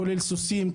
כולל סוסים,